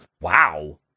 Wow